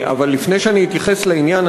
אבל לפני שאני אתייחס לעניין,